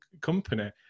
company